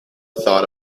thought